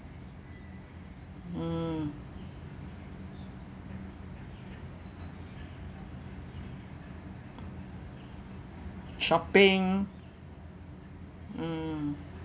mm shopping mm